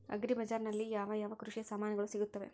Agri ಬಜಾರಿನಲ್ಲಿ ಯಾವ ಯಾವ ಕೃಷಿಯ ಸಾಮಾನುಗಳು ಸಿಗುತ್ತವೆ?